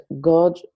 god